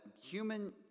human